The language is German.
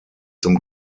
zum